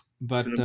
But-